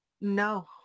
No